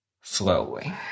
slowly